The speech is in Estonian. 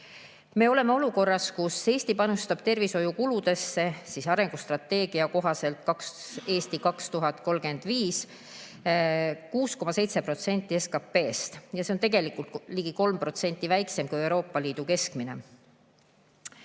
Me oleme olukorras, kus Eesti panustab tervishoiukuludesse arengustrateegia "Eesti 2035" kohaselt 6,7% SKT-st. See on tegelikult ligi 3% väiksem kui Euroopa Liidu keskmine.